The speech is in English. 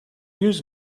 use